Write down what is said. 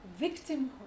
victimhood